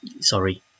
Sorry